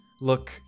Look